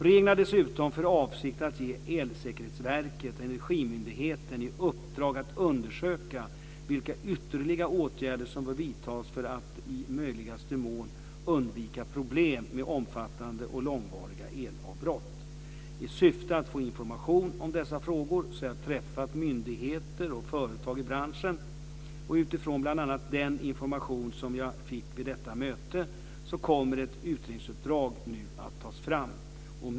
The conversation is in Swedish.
Regeringen har dessutom för avsikt att ge Elsäkerhetsverket och Energimyndigheten i uppdrag att undersöka vilka ytterligare åtgärder som bör vidtas för att i möjligaste mån undvika problem med omfattande och långvariga elavbrott. I syfte att få information om dessa frågor har jag träffat myndigheter och företag i branschen. Utifrån bl.a. den information som jag fick vid detta möte kommer ett utredningsuppdrag nu att tas fram.